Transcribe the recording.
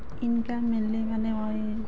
income mainly মানে মই